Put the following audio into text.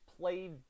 played